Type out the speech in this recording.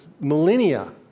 millennia